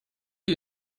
die